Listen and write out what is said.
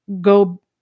go